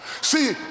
See